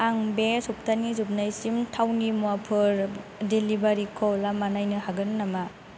आं बे सप्तानि जोबनायसिम थावनि मुवाफोर डेलिबारिखौ लामा नायनो हागोन नामा